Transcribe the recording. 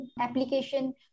application